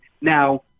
Now